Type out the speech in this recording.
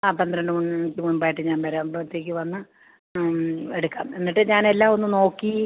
ആ പന്ത്രണ്ട് മണിക്കു മുമ്പായിട്ടു ഞാൻ വരാം ആകുമ്പോഴത്തേക്ക് വന്ന് എടുക്കാം എന്നിട്ട് ഞാന് എല്ലാമൊന്നു നോക്കി